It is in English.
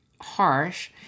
harsh